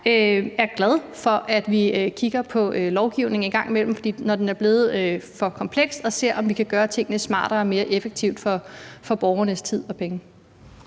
er glad for, at vi kigger på lovgivningen en gang imellem, når den er blevet for kompleks, og ser på, om vi kan gøre tingene smartere og mere effektivt for borgernes tid og penge.